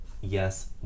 yes